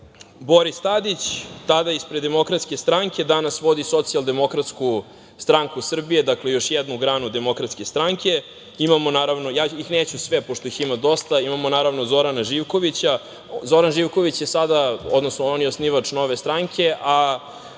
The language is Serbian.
Boris Tadić, tada ispred Demokratske stranke, danas vodi Socijaldemokratsku stranku Srbije, dakle još jednu granu Demokratske stranke. Ja ih neću sve, pošto ih ima dosta. Imamo, naravno, i Zorana Živkovića. Zoran Živković je osnivač Nove stranke, a